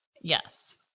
Yes